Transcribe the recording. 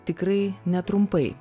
tikrai netrumpai